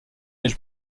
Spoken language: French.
elle